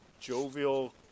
jovial